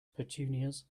petunias